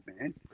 man